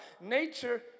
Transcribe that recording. Nature